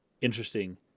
interesting